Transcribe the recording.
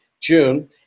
June